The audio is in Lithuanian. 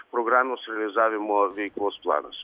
programos realizavimo veiklos planas